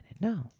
no